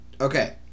Okay